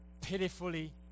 pitifully